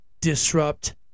disrupt